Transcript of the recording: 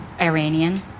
Iranian